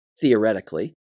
theoretically